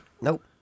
nope